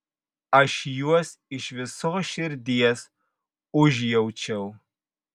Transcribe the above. aš juos iš visos širdies užjaučiau